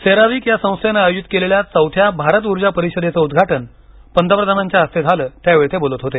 CERAWeek या संस्थेनं आयोजित केलेल्या चौथ्या भारत ऊर्जा परिषदेचं उद्घाटन पंतप्रधानांच्या हस्ते झालं त्यावेळी ते बोलत होते